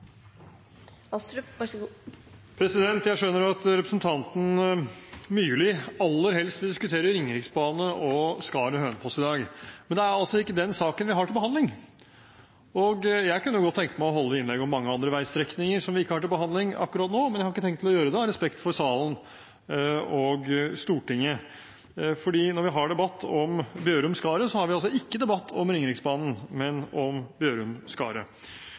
Myrli aller helst vil diskutere Ringeriksbanen og Skaret–Hønefoss i dag, men det er ikke den saken vi har til behandling. Jeg kunne godt tenke meg å holde innlegg om mange andre veistrekninger som vi ikke har til behandling akkurat nå, men jeg har ikke tenkt å gjøre det, av respekt for salen og for Stortinget. Når vi har debatt om Bjørum–Skaret, har vi altså ikke debatt om Ringeriksbanen, men om